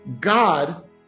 God